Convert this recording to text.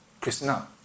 krishna